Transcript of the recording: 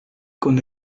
con